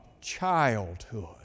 childhood